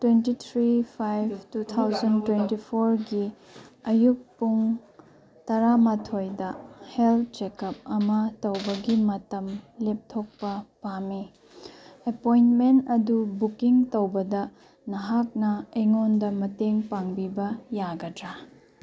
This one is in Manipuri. twenty three five two thousand twenty ꯐꯣꯔꯒꯤ ꯑꯌꯨꯛ ꯄꯨꯡ ꯇꯔꯥ ꯃꯥꯊꯣꯏꯗ ꯍꯦꯜꯠ ꯆꯦꯛꯀꯞ ꯑꯃ ꯇꯧꯕꯒꯤ ꯃꯇꯝ ꯂꯦꯞꯊꯣꯛꯄ ꯄꯥꯝꯃꯤ ꯑꯦꯄꯣꯏꯟꯃꯦꯟ ꯑꯗꯨ ꯕꯨꯛꯀꯤꯡ ꯇꯧꯕꯗ ꯅꯍꯥꯛꯅ ꯑꯩꯉꯣꯟꯗ ꯃꯇꯦꯡ ꯄꯥꯡꯕꯤꯕ ꯌꯥꯒꯗ꯭ꯔꯥ